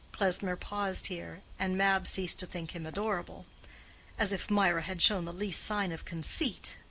klesmer paused here. and mab ceased to think him adorable as if mirah had shown the least sign of conceit!